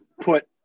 put